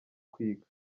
kwiga